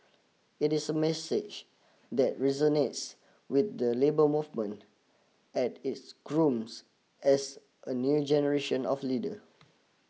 it is a message that resonates with the labour movement at is grooms as a new generation of leader